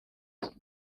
ati